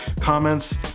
comments